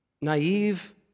naive